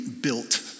built